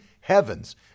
heavens